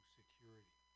security